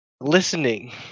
listening